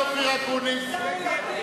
אקוניס.